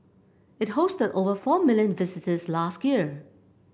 it hosted over four million visitors last year